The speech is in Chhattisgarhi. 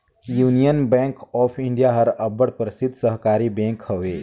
यूनियन बेंक ऑफ इंडिया हर अब्बड़ परसिद्ध सहकारी बेंक हवे